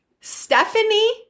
Stephanie